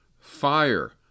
Fire